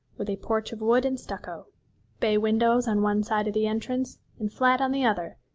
with a porch of wood and stucco bay windows on one side of the entrance, and flat on the other,